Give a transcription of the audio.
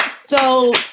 So-